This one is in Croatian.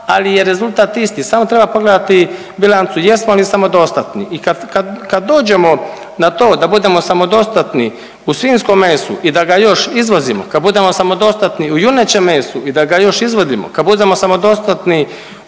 ali je rezultat isti, samo treba pogledati bilancu jesmo li samodostatni i kad, kad, kad dođemo na to da budemo samodostatni u svinjskom mesu i da ga još izvozimo, kad budemo samodostatni u junećem mesu i da ga još izvozimo, kad budemo samodostatni